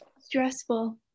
Stressful